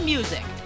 Music